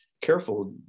careful